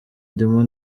ndimo